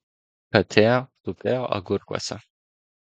katė tupėjo agurkuose